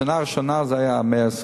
בשנה הראשונה זה היה 128,